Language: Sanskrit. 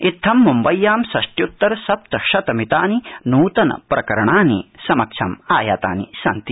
इत्थं मुम्बय्यां षष्ट्युत्तर सप्त शत मितानि नूतन प्रकरणानि समक्षम् आयातानि सन्ति